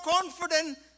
confident